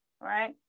right